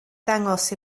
ddangos